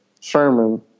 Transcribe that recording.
Sherman